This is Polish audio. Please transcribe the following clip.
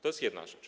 To jest jedna rzecz.